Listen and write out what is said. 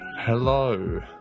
Hello